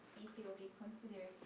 deep sequencing. and